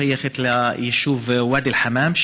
היא שייכת ליישוב ואדי אל-חמאם,